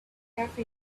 cafe